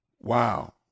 Wow